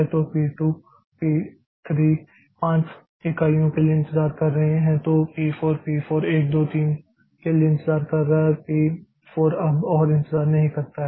तो P 2 P 3 5 इकाइयों के लिए इंतजार कर रहे हैं तो पी 4 पी 4 1 2 3 के लिए इंतजार कर रहा है और फिर पी 4 अब और इंतजार नहीं करता है